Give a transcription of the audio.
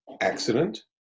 accident